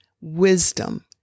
wisdom